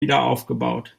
wiederaufgebaut